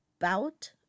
bout